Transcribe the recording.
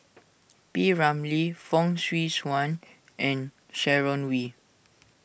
P Ramlee Fong Swee Suan and Sharon Wee